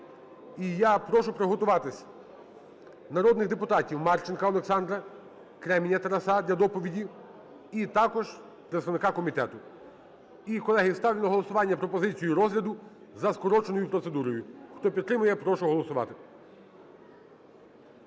І я прошу приготуватися народних депутатів Марченка Олександра, Кременя Тараса для доповіді, і також представника комітету. І, колеги, я ставлю на голосування пропозицію розгляду за скороченою процедурою. Хто підтримує, я прошу голосувати.